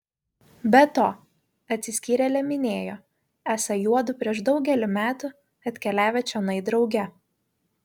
be to atsiskyrėlė minėjo esą juodu prieš daugelį metų atkeliavę čionai drauge